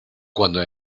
cuando